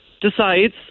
decides